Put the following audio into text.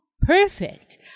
Perfect